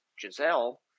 Giselle